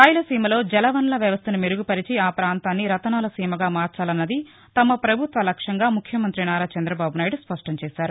రాయలసీమలో జలవనరుల వ్యవస్థను మెరుగుపరచి ఆ ప్రాంతాన్ని రతనాల సీమగా మార్చాలన్నది తమ పభుత్వ లక్ష్యంగా ముఖ్యమంతి నారాచందబాబు నాయుడు స్పష్టం చేశారు